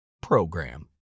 program